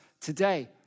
today